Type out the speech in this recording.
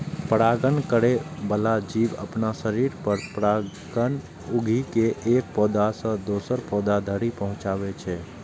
परागण करै बला जीव अपना शरीर पर परागकण उघि के एक पौधा सं दोसर पौधा धरि पहुंचाबै छै